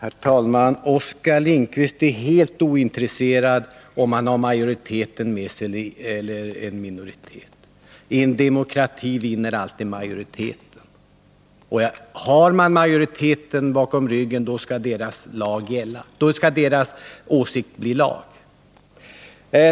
Herr talman! Oskar Lindkvist är helt ointresserad av om han har majoriteten med sig eller inte. I en demokrati vinner alltid majoriteten. Har man majoriteten bakom ryggen, kan ens åsikt bli lag.